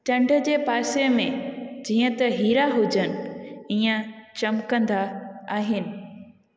चंड जे पासे में जीअं त हीरा हुजनि ईअं चिमिकंदा आहिनि